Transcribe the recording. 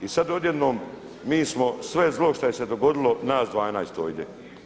I sad odjednom mi smo sve zlo šta je se dogodilo nas 12 ovdje.